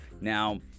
Now